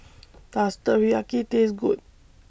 Does Teriyaki Taste Good